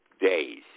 days